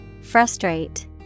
Frustrate